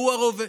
והוא הרוב",